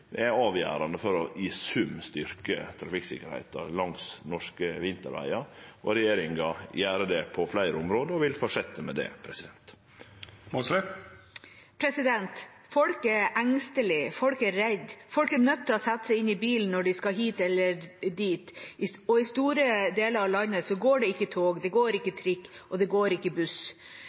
er avgjerande for i sum å styrkje trafikksikkerheita langs norske vintervegar. Regjeringa gjer det på fleire område og vil fortsetje med det. Folk er engstelige, folk er redde. Folk er nødt til å sette seg inn i bilen når de skal hit eller dit. I store deler av landet går det ikke tog, det går ikke trikk, og det går ikke buss.